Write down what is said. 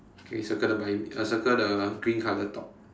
okay circle the buy me uh circle the green color top